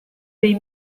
dei